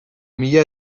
mila